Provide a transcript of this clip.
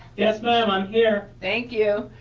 yes ma'am, i'm here. thank you.